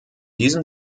diesem